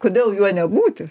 kodėl juo nebūti